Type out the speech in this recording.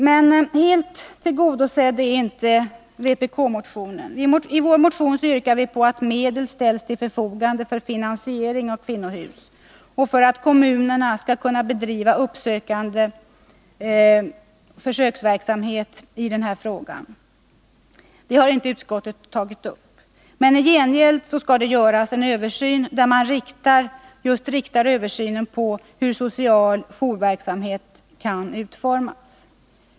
Men helt tillgodosedd är inte vpk-motionen. I vår motion yrkar vi på att medel ställs till förfogande för finansiering av kvinnohus och för att kommunerna skall kunna bedriva försöksverksamhet i denna fråga. Detta harinte utskottet tagit upp. I gengäld skall det göras en översyn, som inriktats på hur social jourverksamhet kan utformas.